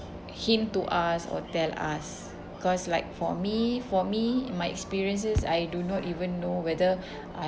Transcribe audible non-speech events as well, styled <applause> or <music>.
hint to ask or tell us cause like for me for me my experiences I do not even know whether <breath> I